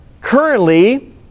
currently